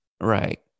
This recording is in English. Right